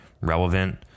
relevant